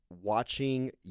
watching